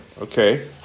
Okay